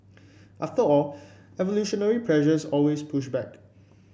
after all evolutionary pressures always push back